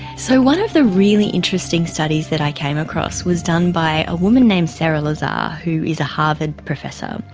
so one of the really interesting studies that i came across was done by a woman named sarah lazar, who is a harvard professor,